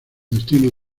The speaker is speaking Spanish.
destinos